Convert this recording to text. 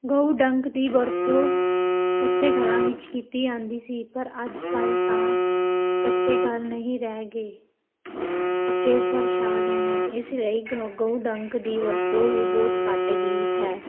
ਗਊ ਡੰਗ ਦੀ ਵਰਤੋਂ ਕੱਚੇ ਘਰਾਂ ਵਿੱਚ ਕੀਤੀ ਜਾਂਦੀ ਸੀ ਪਰ ਅੱਜ ਕੱਲ੍ਹ ਤਾਂ ਕੱਚੇ ਘਰ ਨਹੀਂ ਰਹਿ ਗਏ ਪੱਕੇ ਫਰਸ਼ ਆ ਗਏ ਨੇ ਇਸ ਲਈ ਕ ਗਊ ਡੰਗ ਦੀ ਵਰਤੋਂ ਵੀ ਬਹੁਤ ਘੱਟ ਗਈ ਹੈ